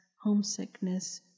homesickness